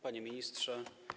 Panie Ministrze!